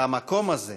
והמקום הזה